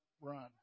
run